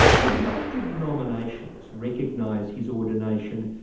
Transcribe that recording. would major denominations recognise his ordination,